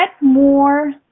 more